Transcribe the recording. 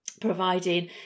providing